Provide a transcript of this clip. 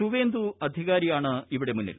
സുവേന്ദു അധികാരിയാണ് ഇവിടെ മുന്നിൽ